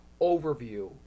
overview